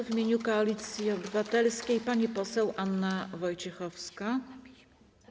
W imieniu Koalicji Obywatelskiej pani poseł Anna Wojciechowska.